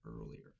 earlier